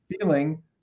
feeling